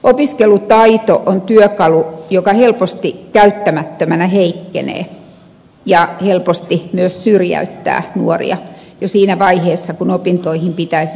opiskelutaito on työkalu joka helposti käyttämättömänä heikkenee ja helposti myös syrjäyttää nuoria jo siinä vaiheessa kun opintoihin pitäisi pyrkiä